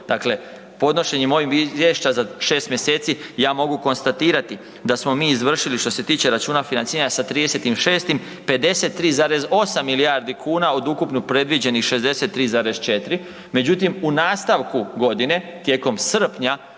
Dakle, podnošenjem ovog izvješća za 6. mjeseci ja mogu konstatirati da smo mi izvršili što se tiče računa financiranja sa 30.6., 53,8 milijardi kuna od ukupno predviđenih 63,4. Međutim, u nastavku godine, tijekom srpnja,